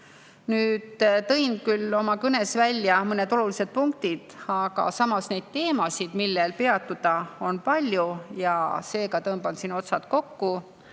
Tõin oma kõnes välja mõned olulised punktid, aga samas neid teemasid, millel peatuda, on palju. Seega tõmban otsad kokku